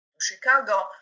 Chicago